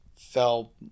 fell